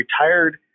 retired